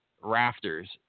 rafters